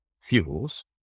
fuels